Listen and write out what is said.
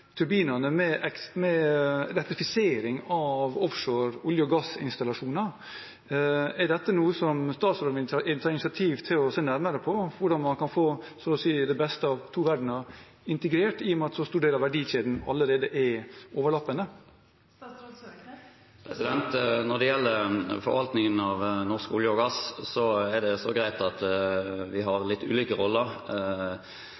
med elektrifisering av offshore olje- og gassinstallasjoner. Er dette noe statsråden vil ta initiativ til å se nærmere på – hvordan man kan få, så å si, det beste av to verdener integrert, i og med at så stor del av verdikjeden allerede er overlappende? Når det gjelder forvaltningen av norsk olje og gass, er det greit at vi har litt ulike roller. Myndighetene setter rammer, og så er vi så heldige at vi har